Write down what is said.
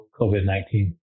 COVID-19